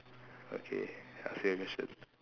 okay I ask you a question